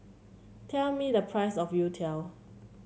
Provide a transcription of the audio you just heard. tell me the price of youtiao